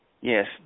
Yes